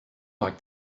like